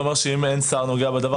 זה אומר שאם אין שר הנוגע בדבר,